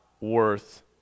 worth